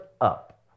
up